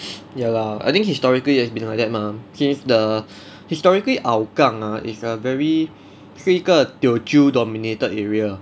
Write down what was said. ya lah I think historically has been like that mah since the historically hougang ah is a very 是一个 teochew dominated area